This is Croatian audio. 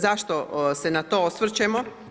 Zašto se na to osvrćemo?